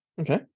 okay